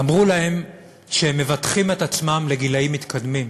אמרו להם שהם מבטחים את עצמם לגילים מתקדמים.